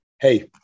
Hey